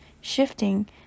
shifting